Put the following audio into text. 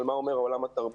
מה הוא אומר על עולם התרבות,